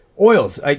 oils